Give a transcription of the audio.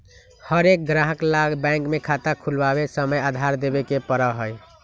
हर एक ग्राहक ला बैंक में खाता खुलवावे समय आधार देवे ही पड़ा हई